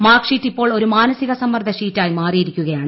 mark sheet ഇപ്പോൾ ഒരു മാനസിക സമ്മർദ്ദ ഷീറ്റ് ആയി മാറിയിരിക്കുക്യാണ്